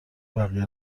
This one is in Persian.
بقیه